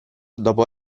dopo